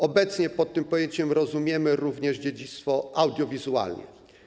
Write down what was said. Obecnie pod tym pojęciem rozumiemy również dziedzictwo audiowizualne.